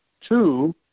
Two